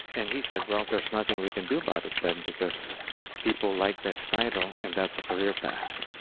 and he said, well, there's nothing we can do about it then, because people like this title and that's a career path.